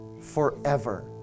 forever